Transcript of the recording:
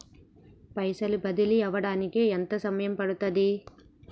పైసలు బదిలీ అవడానికి ఎంత సమయం పడుతది?